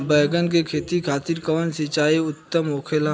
बैगन के खेती खातिर कवन सिचाई सर्वोतम होखेला?